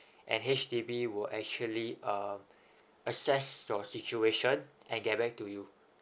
and H_D_B would actually um assess your situation and get back to you